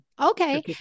Okay